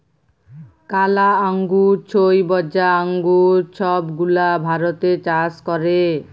কালা আঙ্গুর, ছইবজা আঙ্গুর ছব গুলা ভারতে চাষ ক্যরে